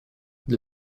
для